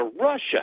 Russia